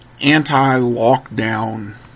anti-lockdown